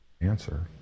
answer